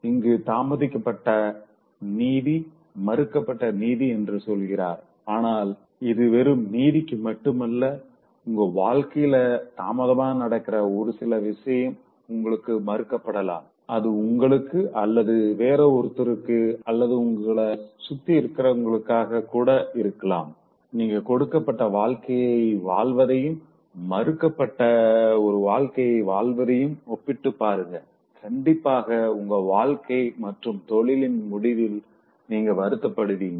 இங்கு தாமதிக்கப்பட்ட நீதி மறுக்கப்பட்ட நீதி என்று சொல்கிறார் ஆனால் இது வெறும் நீதிக்கு மட்டும் இல்ல உங்க வாழ்க்கையில தாமதமா நடக்கிற ஒரு சில விஷயம் உங்களுக்கு மறுக்கப்படலாம் அது உங்களுக்கு அல்லது வேற ஒருத்தவர்க்கு அல்லது உங்கள சுத்தி இருக்கவங்களுக்கா கூட இருக்கலாம் நீங்க கொடுக்கப்பட்ட வாழ்க்கைய வாழ்வதையும் மறுக்கப்பட்ட ஒரு வாழ்க்கை வாழ்வதையும் ஒப்பிட்டு பாருங்க கண்டிப்பாக உங்க வாழ்க்கை மற்றும் தொழிலின் முடிவில் நீங்க வருத்தப்படுவீங்க